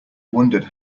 wondered